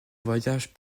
voyage